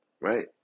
right